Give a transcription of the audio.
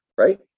right